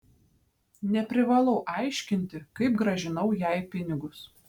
neprivalau aiškinti kaip grąžinau jai pinigus